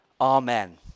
amen